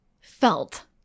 Felt